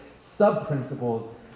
sub-principles